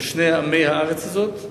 לשני עמי הארץ הזאת,